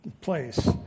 place